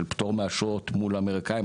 של פטור מאשרות מול האמריקאים,